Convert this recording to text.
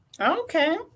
Okay